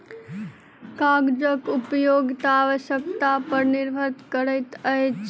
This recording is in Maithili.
कागजक उपयोगिता आवश्यकता पर निर्भर करैत अछि